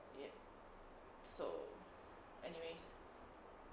yup so anyways